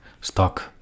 stuck